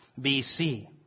BC